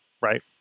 Right